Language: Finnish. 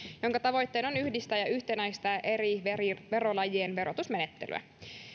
jonka tavoitteena on yhdistää ja yhtenäistää eri eri verolajien verotusmenettelyä